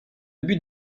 but